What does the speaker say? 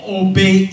obey